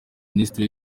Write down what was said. minisitiri